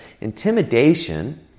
intimidation